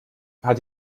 hat